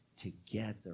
together